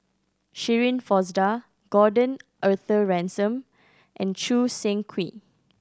Shirin Fozdar Gordon Arthur Ransome and Choo Seng Quee